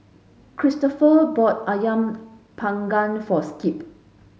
Kristofer bought Ayam panggang for Skip